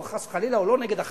חס וחלילה הוא לא נגד החרדים,